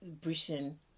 Britain